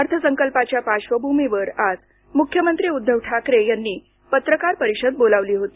अर्थसंकल्पाच्या पार्श्वभूमीवर आज मुख्यमंत्री उद्धव ठाकरे यांनी पत्रकार परिषद बोलावली होती